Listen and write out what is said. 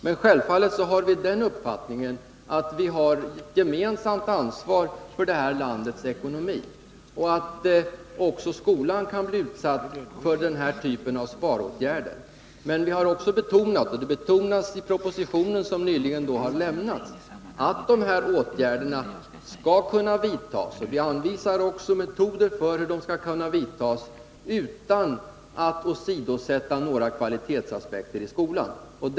Men vi anser att vi gemensamt har ansvar för landets ekonomi och att också skolan kan bli utsatt för sparåtgärder. I propositionen betonas att åtgärderna skall kunna vidtas, och vi anvisar också metoder för hur de skall kunna vidtas utan att kvalitetsaspekterna i skolan åsidosätts.